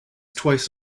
twice